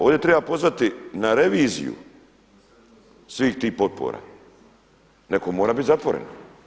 Ovdje treba pozvati na reviziju svih tih potpora, neko mora biti zatvoren.